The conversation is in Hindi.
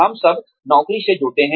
हम सब नौकरी से जुड़ते हैं